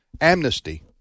amnesty